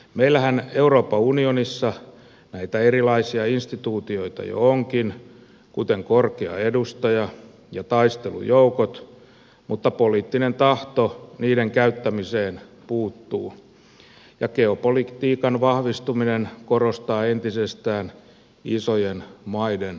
meillähän euroopan unionissa näitä erilaisia instituutioita jo onkin kuten korkea edustaja ja taistelujoukot mutta poliittinen tahto niiden käyttämiseen puuttuu ja geopolitiikan vahvistuminen korostaa entisestään isojen maiden roolia